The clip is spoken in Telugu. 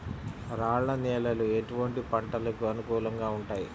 రాళ్ల నేలలు ఎటువంటి పంటలకు అనుకూలంగా ఉంటాయి?